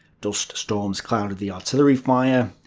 dust-storms clouded the artillery fire.